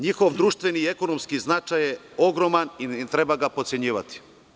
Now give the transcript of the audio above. Njihov društveni i ekonomski značaj je ogroman i ne treba ga potcenjivati.